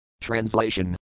Translation